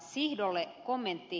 sihdolle kommentti